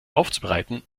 aufzubereiten